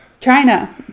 China